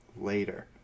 later